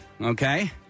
okay